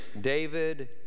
David